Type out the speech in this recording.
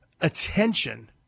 attention